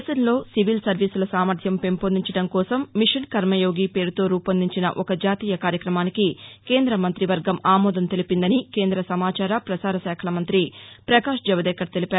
దేశంలో సివిల్ సర్వీసుల సామర్యం పెంపొందించడం కోసం మిషన్ కర్నయోగి పేరుతో రూపొందించిన ఒక జాతీయ కార్యక్రమానికి కేంద్ర మంతి వర్గం ఆమోదం తెలిపిందని కేంద్ర సమాచార ప్రసార శాఖల మంతి ప్రపకాష్ జవదేకర్ తెలిపారు